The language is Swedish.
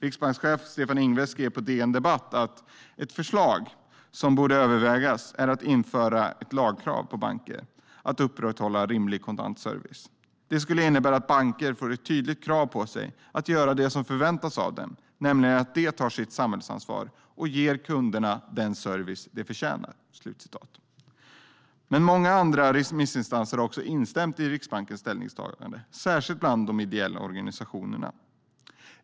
Riksbankschefen Stefan Ingves skrev på DN Debatt: "Ett förslag som borde övervägas är att införa ett lagkrav på bankerna att upprätthålla rimlig kontantservice. Det skulle innebära att bankerna får ett tydligt krav på sig att göra det som förväntas av dem, nämligen att de tar sitt samhällsansvar och ger kunderna den service de förväntar sig." Många andra remissinstanser har instämt i Riksbankens ställningstagande, särskilt bland de ideella organisationerna.